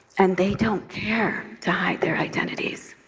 and they don't care to hide their identities,